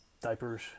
Diapers